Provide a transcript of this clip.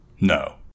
No